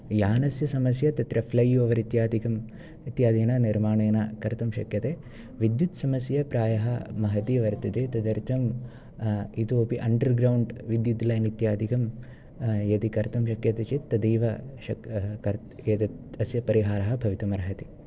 यानस्य समस्या तत्र फ़्लै ओवर् इत्यादिकम् इत्यादिना निर्माणेन कर्तुं शक्यते विद्युत्समस्या प्रायः महती वर्तते तदर्थम् इतोऽपि अण्डर् ग्रौण्ड् विद्युत् लैन् इत्यादिकं यदि कर्तुं शक्यते चेत् तदेव तस्य परिहारः भवितुम् अर्हति